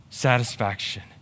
Satisfaction